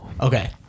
Okay